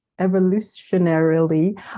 evolutionarily